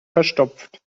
verstopft